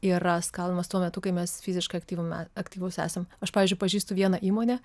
yra skaldomas tuo metu kai mes fiziškai aktyvum aktyvūs esam aš pavyzdžiui pažįstu vieną įmonę